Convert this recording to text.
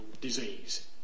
disease